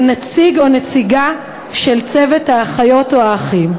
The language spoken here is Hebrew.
נציג או נציגה של צוות האחיות או האחים.